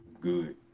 Good